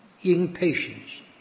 impatience